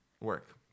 work